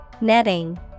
Netting